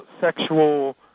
sexual